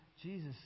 Jesus